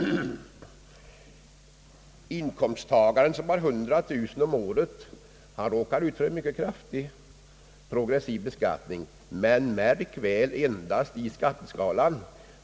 En inkomsttagare som har 100 000 kronor om året råkar ut för en mycket kraftig progressiv beskattning, men märk väl endast i skatteskalan!